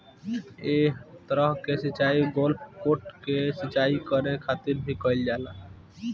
एह तरह के सिचाई गोल्फ कोर्ट के सिंचाई करे खातिर भी कईल जाला